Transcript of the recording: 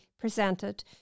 presented